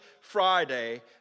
Friday